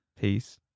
Peace